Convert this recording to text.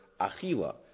Achila